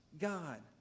God